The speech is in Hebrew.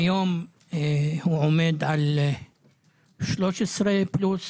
כיום הוא עומד על 13% פלוס.